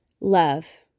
love